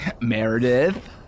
Meredith